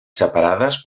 separades